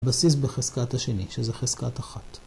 בסיס בחזקת השני שזה חזקת אחת.